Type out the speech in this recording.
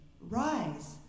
Rise